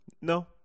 No